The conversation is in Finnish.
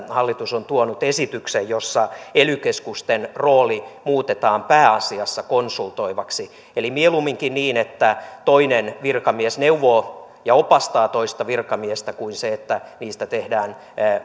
hallitus on tuonut esityksen jossa ely keskusten rooli muutetaan pääasiassa konsultoivaksi eli mieluumminkin niin että toinen virkamies neuvoo ja opastaa toista virkamiestä kuin niin että niistä tehdään